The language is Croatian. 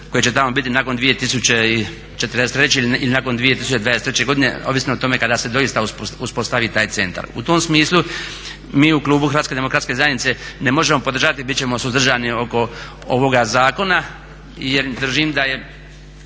koje će tamo biti nakon 2043. ili nakon 2023. godine, ovisno o tome kada se doista uspostavi taj centar. U tom smislu mi u klubu HDZ-a ne možemo podržati i bit ćemo suzdržani oko ovoga zakona jer držim da nema